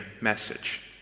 message